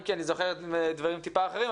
אם כי אני זוכר דברים טיפה אחרים,